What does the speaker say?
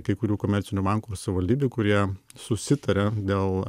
kai kurių komercinių bankų ir savivaldybių kurie susitaria dėl